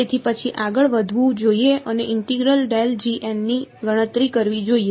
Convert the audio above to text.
તેથી પછી આગળ વધવું જોઈએ અને ઇન્ટેગ્રલ ની ગણતરી કરવી જોઈએ